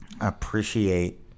appreciate